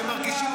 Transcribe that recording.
שמרגישים נגזלים,